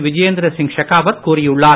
விஜயேந்திரசிங் ஷெகாவத் கூறியுள்ளார்